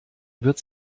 wird